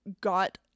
got